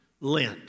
Lent